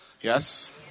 yes